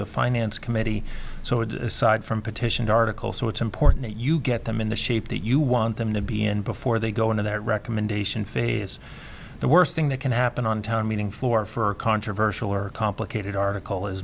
the finance committee so decide from petition article so it's important that you get them in the shape that you want them to be in before they go into that recommendation phase the worst thing that can happen on town meeting floor for a controversial or complicated article is